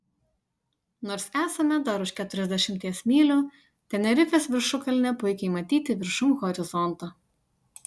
nors esame dar už keturiasdešimties mylių tenerifės viršukalnė puikiai matyti viršum horizonto